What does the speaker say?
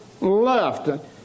left